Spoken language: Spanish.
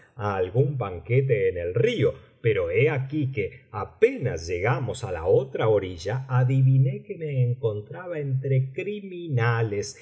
algún banquete en el río pero he aquí que apenas llegamos á la otra orilla adiviné que me encontraba entre criminales